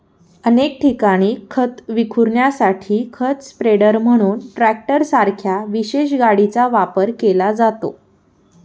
अनेक ठिकाणी खत विखुरण्यासाठी खत स्प्रेडर म्हणून ट्रॅक्टरसारख्या विशेष गाडीचा वापर केला जातो